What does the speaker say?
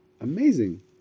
Amazing